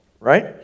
Right